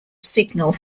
signal